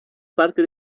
parte